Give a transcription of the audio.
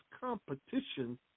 competition